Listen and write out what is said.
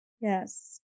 Yes